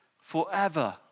forever